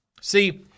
See